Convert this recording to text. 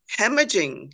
hemorrhaging